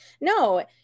No